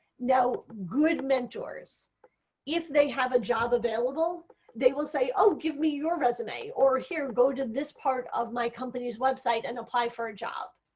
now, good mentors if they have a job available they will say ah give me your resume or here, go to this part of my company's website and apply for a job.